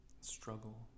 struggle